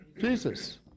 Jesus